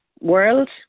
world